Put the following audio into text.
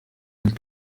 sind